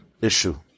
issue